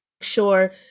sure